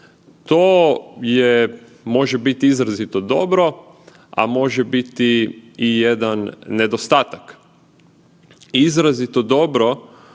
To može biti izrazito dobro, a može biti i jedan nedostatak. Izrazito dobro